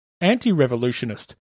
anti-revolutionist